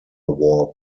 war